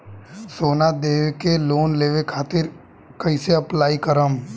सोना देके लोन लेवे खातिर कैसे अप्लाई करम?